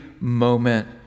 moment